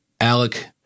Alec